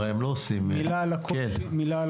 מילה על